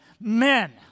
men